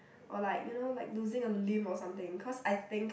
or like you know like losing a limb or something cause I think